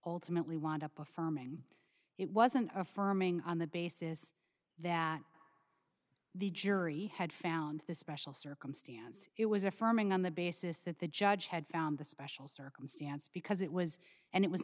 ultimately want up affirming it was an affirming on the basis that the jury had found the special circumstance it was affirming on the basis that the judge had found the special circumstance because it was and it was